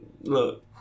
look